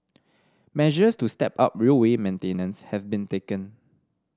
measures to step up railway maintenance have been taken